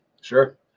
Sure